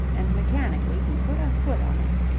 and mechanically he put a foot on it.